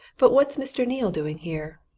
but what's mr. neale doing here?